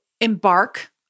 embark